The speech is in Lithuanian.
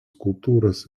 skulptūros